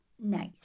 nice